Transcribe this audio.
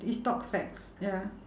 it's thought facts ya